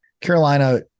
Carolina